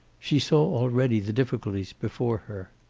she saw already the difficulties before her.